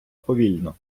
повільно